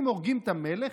אם הורגים את המלך,